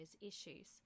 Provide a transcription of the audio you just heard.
issues